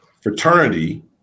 fraternity